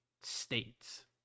states